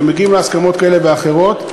ומגיעים להסכמות כאלה ואחרות,